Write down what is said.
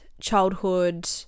childhood